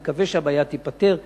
אני מקווה שהבעיה תיפתר.